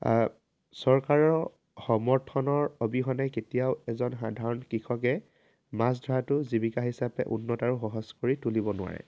চৰকাৰৰ সমৰ্থনৰ অবিহনে কেতিয়াও এজন সাধাৰণ কৃষকে মাছ ধৰাটো জীৱিকা হিচাপে উন্নত আৰু সহজ কৰি তুলিব নোৱাৰে